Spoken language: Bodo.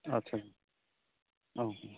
आच्चा अ